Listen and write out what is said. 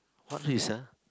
what risk ah